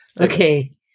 Okay